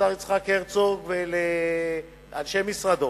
לשר יצחק הרצוג ולאנשי משרדו,